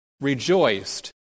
rejoiced